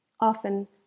often